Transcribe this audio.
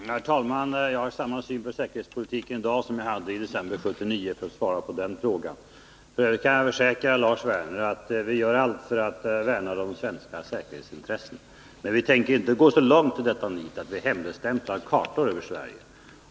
Herr talman! Jag har samma syn på säkerhetspolitiken i dag som jag hade i december 1979 — för att svara på den frågan. Sedan kan jag försäkra Lars Werner att vi gör allt för att värna de svenska säkerhetsintressena, men vi tänker inte gå så långt i detta nit att vi hemligstämplar kartor över Sverige.